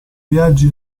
viaggi